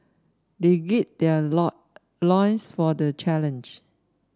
they gird their loin loins for the challenge